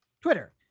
Twitter